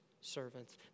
servants